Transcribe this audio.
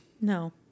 no